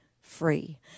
free